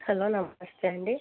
hello నమస్తే అండి